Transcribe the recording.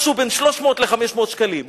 משהו בין 300 ל-500 שקלים.